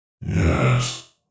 Yes